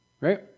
Right